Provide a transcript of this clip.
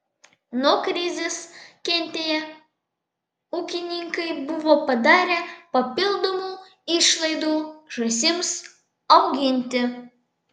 nuo krizės kentėję ūkininkai buvo padarę papildomų išlaidų žąsims auginti